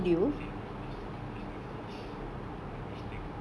it's like they use they use the fish the fish tank